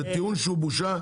זה טיעון שהוא בושה.